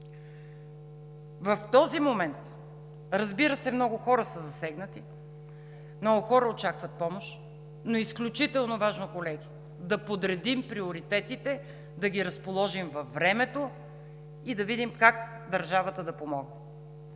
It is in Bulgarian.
В този момент, разбира се, много хора са засегнати, много хора очакват помощ, но е изключително важно, колеги, да подредим приоритетите, да ги разположим във времето и да видим как държавата да помогне.